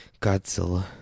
Godzilla